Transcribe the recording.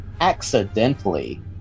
accidentally